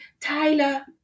Tyler